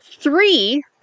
three